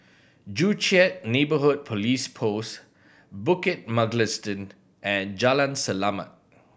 Joo Chiat Neighbourhood Police Post Bukit Mugliston and Jalan Selamat